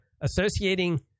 associating